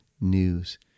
news